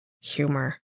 humor